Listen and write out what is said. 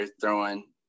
throwing